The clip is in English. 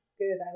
good